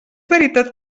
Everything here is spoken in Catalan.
veritat